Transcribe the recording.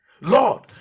Lord